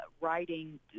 writing